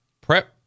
prep